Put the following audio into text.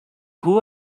who